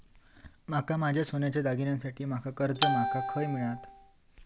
माका माझ्या सोन्याच्या दागिन्यांसाठी माका कर्जा माका खय मेळतल?